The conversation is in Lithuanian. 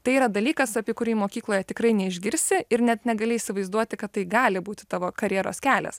tai yra dalykas apie kurį mokykloje tikrai neišgirsi ir net negali įsivaizduoti kad tai gali būti tavo karjeros kelias